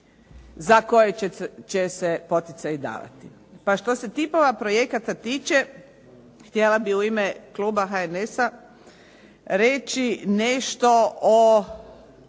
za koje će se poticaji davati. Pa što se tipova projekata tiče, htjela bih u ime kluba HNS-a reći nešto o